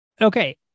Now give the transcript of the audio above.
okay